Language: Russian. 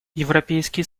европейский